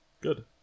Good